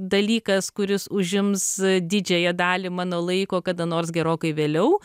dalykas kuris užims didžiąją dalį mano laiko kada nors gerokai vėliau